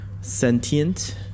sentient